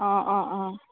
অ' অ' অ'